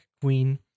Queen